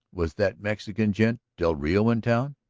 was that mexican gent, del rio, in town?